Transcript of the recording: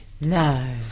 No